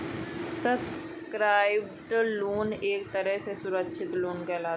subsidised loan एक तरह का सुरक्षित लोन कहलाता है